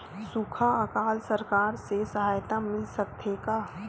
सुखा अकाल सरकार से सहायता मिल सकथे का?